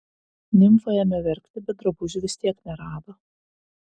nimfa ėmė verkti bet drabužių vis tiek nerado